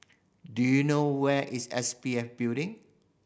do you know where is S P F Building